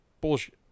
bullshit